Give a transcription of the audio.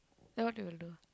then what you'll do